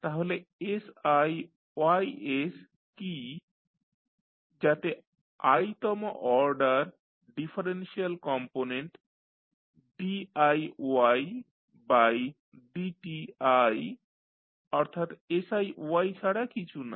তাহলে siYs কী যাতে i তম order differential component diY by dti অর্থাৎ siY ছাড়া কিছুই না